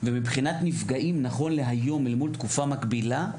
ומבחינת נפגעים נכון להיום אל מול תקופה מקבילה,